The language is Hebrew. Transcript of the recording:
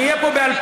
נהיה פה ב-2040,